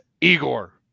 Igor